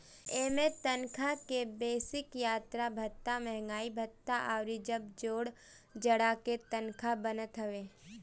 इमें तनखा के बेसिक, यात्रा भत्ता, महंगाई भत्ता अउरी जब जोड़ जाड़ के तनखा बनत हवे